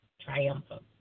triumphant